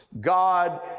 God